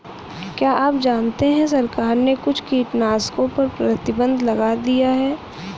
क्या आप जानते है सरकार ने कुछ कीटनाशकों पर प्रतिबंध लगा दिया है?